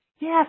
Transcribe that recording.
Yes